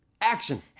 Action